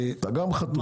גם אתה חתום.